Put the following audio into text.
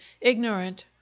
ignorant